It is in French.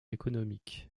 économiques